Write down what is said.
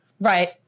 Right